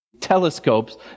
telescopes